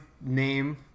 name